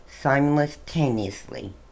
simultaneously